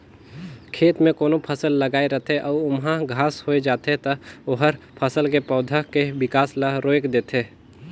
खेत में कोनो फसल लगाए रथे अउ ओमहा घास होय जाथे त ओहर फसल के पउधा के बिकास ल रोयक देथे